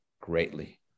greatly